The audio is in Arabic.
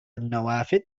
النوافذ